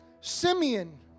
Simeon